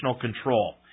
control